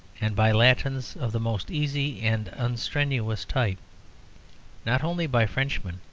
and by latins of the most easy and unstrenuous type not only by frenchman,